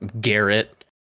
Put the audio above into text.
Garrett